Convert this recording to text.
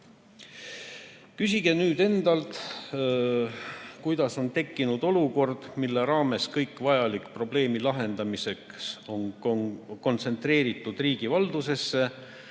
nüüd endalt, kuidas on tekkinud olukord, kus kõik vajalik probleemi lahendamiseks on kontsentreeritud riigi valdusesse,